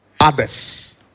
others